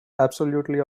absolutely